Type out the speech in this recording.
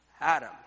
Adam